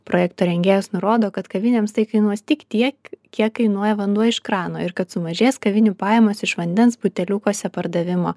projekto rengėjas nurodo kad kavinėms tai kainuos tik tiek kiek kainuoja vanduo iš krano ir kad sumažės kavinių pajamos iš vandens buteliukuose pardavimo